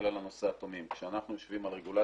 על הנוסע התמים כשאנחנו יושבים על רגולציה,